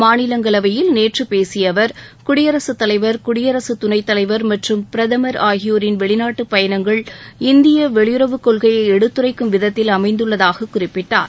மாநிலங்களவையில் நேற்று பேசிய அவர் குடியரசு தலைவர் குடியரசு துணைத் தலைவர் மற்றும் பிரதமர் ஆகியோரின் வெளிநாட்டுப் பயணங்கள் இந்திய வெளியுறவுக் கொள்கையை எடுத்துரைக்கும் விதத்தில் அமைந்துள்ளதாகக் குறிப்பிட்டார்